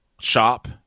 shop